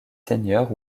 seigneurs